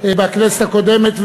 בכנסת הקודמת,